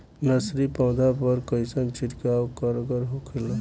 Nursery पौधा पर कइसन छिड़काव कारगर होखेला?